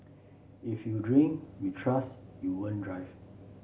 if you drink we trust you won't drive